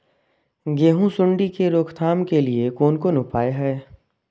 गेहूँ सुंडी के रोकथाम के लिये कोन कोन उपाय हय?